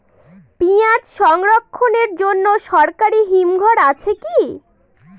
পিয়াজ সংরক্ষণের জন্য সরকারি হিমঘর আছে কি?